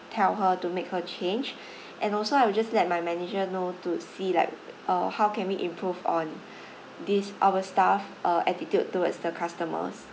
tell her to make her change and also I will just let my manager know to see like uh how can we improve on this our staff's uh attitude towards the customers